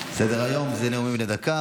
סדר-היום זה נאומים בני דקה.